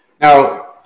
Now